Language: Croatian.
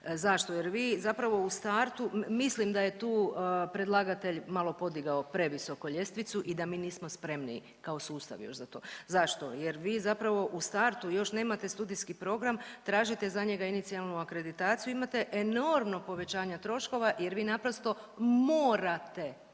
Zašto? Jer vi zapravo u startu, mislim da je tu predlagatelj malo podigao previsoko ljestvicu i da mi nismo spremni kao sustav još za to. Zašto? Jer vi zapravo u startu još nemate studijski program, tražite za njega inicijalnu akreditaciju, imate enormno povećanje troškova jer vi naprosto morate,